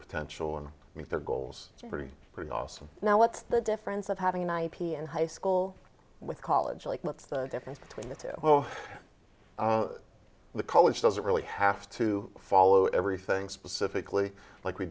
potential and meet their goals it's pretty pretty awesome now what's the difference of having an ip in high school with college like what's the difference between the two well the college doesn't really have to follow everything specifically like we